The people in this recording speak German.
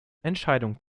entscheidungen